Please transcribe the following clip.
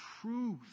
truth